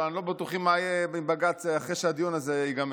אבל אני לא בטוח מה יהיה עם בג"ץ אחרי שהדיון הזה ייגמר.